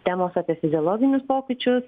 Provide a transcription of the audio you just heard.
temos apie fiziologinius pokyčius